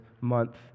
month